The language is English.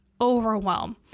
overwhelm